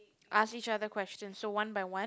ask each other question so one by one